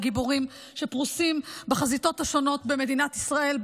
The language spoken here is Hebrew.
הגיבורים שפרוסים בחזיתות השונות במדינת ישראל,